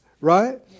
Right